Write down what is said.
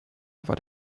war